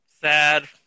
Sad